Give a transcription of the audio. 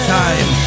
time